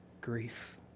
grief